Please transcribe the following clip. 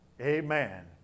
amen